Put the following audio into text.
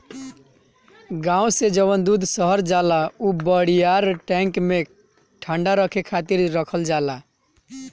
गाँव से जवन दूध शहर जाला उ बड़ियार टैंक में ठंडा रखे खातिर रखल जाला